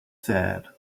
said